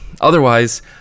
Otherwise